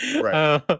Right